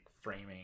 framing